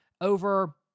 over